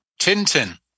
Tintin